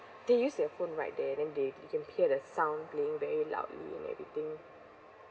they use their phone right they then they you can hear the sound playing very loudly and everything